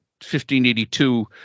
1582